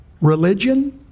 religion